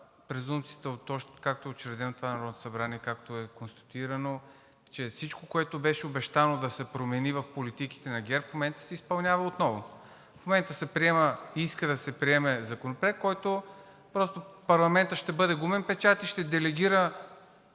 презумпцията, откакто е учредено това Народно събрание, откакто е конституирано, че всичко, което беше обещано да се промени в политиките на ГЕРБ, в момента се изпълнява отново. В момента се приема и се иска да се приеме Законопроект, който – просто парламентът ще бъде гумен печат и ще делегира